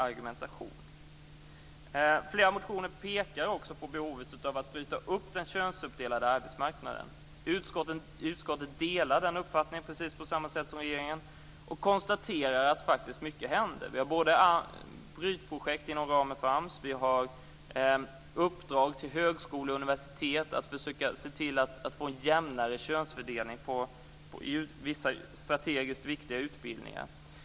I flera motioner pekas på behovet av att bryta upp den könsuppdelade arbetsmarknaden. Utskottet delar den uppfattningen tillsammans med regeringen, och konstaterar att mycket faktiskt händer. Det finns s.k. brytprojekt inom ramen för AMS och uppdrag för högskolor och universitet att försöka se till att få en jämnare könsfördelning på vissa strategiskt viktiga utbildningar.